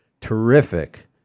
terrific